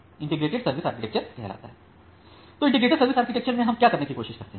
तो integrated service architecture में हम क्या करने की कोशिश करते हैं